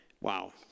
Wow